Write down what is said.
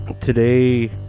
Today